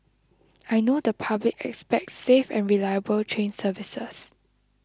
I know the public expects safe and reliable train services